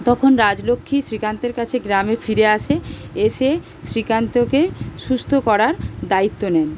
তখন রাজলক্ষ্মী শ্রীকান্তের কাছে গ্রামে ফিরে আসে এসে শ্রীকান্তকে সুস্থ করার দায়িত্ব নেন